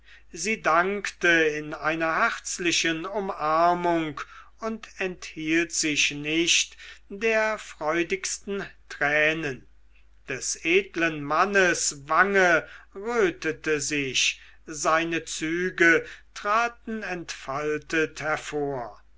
sie dankte in einer herzlichen umarmung und enthielt sich nicht der freudigsten tränen des edlen mannes wange rötete sich seine züge traten entfaltet hervor